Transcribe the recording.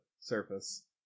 surface